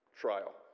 trial